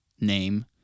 name